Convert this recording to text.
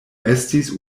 estis